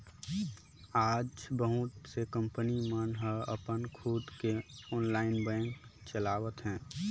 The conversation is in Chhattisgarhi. आज बहुत से कंपनी मन ह अपन खुद के ऑनलाईन बेंक चलावत हे